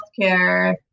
healthcare